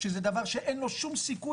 כי זה דבר שאין לו שום סיכוי.